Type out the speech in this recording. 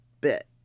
bit